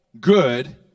Good